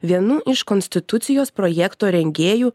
vienu iš konstitucijos projekto rengėjų